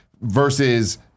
versus